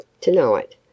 tonight